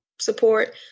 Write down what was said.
support